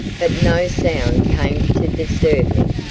but no sound came to disturb me,